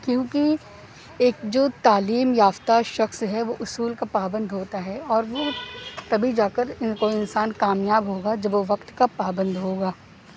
کیونکہ ایک جو تعلیم یافتہ شخص ہے وہ اصول کا پابند ہوتا ہے اور وہ تبھی جا کر کوئی انسان کامیاب ہوگا جب وہ وقت کا پابند ہوگا